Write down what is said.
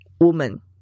woman